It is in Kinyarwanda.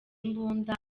imbunda